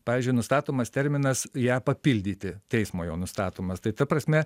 pavyzdžiui nustatomas terminas ją papildyti teismo jau nustatomas tai ta prasme